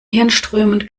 hirnströmen